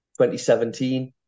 2017